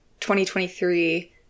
2023